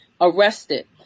arrested